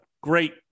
great